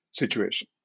situation